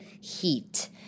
heat